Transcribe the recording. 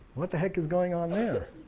what the heck is going on there?